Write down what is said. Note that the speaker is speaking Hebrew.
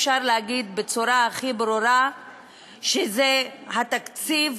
אפשר לומר בצורה הכי ברורה שזה התקציב